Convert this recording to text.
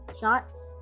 shots